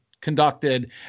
conducted